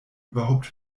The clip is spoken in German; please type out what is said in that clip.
überhaupt